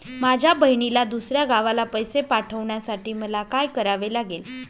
माझ्या बहिणीला दुसऱ्या गावाला पैसे पाठवण्यासाठी मला काय करावे लागेल?